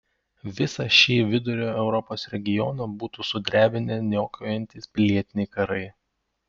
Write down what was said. visą šį vidurio europos regioną būtų sudrebinę niokojantys pilietiniai karai